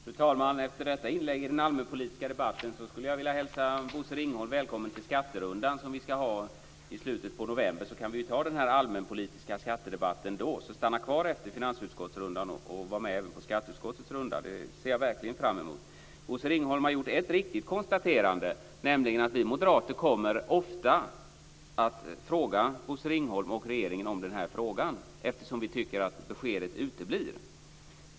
Fru talman! Efter detta inlägg i den allmänpolitiska debatten skulle jag vilja hälsa Bosse Ringholm välkommen till den skatterunda som vi ska ha i slutet av november. Vi kan ta den allmänpolitiska skattedebatten då, så stanna kvar efter finansutskottsrundan och delta i skatteutskottsrundan. Det ser jag verkligen fram emot. Bosse Ringholm har gjort ett riktigt konstaterande, nämligen att vi moderater ofta kommer att ställa den här frågan till Bosse Ringholm och regeringen eftersom vi tycker att beskedet uteblir.